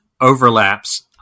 overlaps